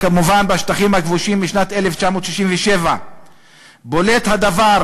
כמובן בשטחים הכבושים משנת 1967. "בולט הדבר